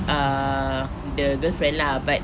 err the girlfriend lah but